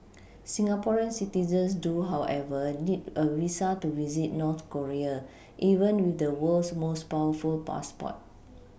Singaporean citizens do however need a visa to visit North Korea even with the world's most powerful passport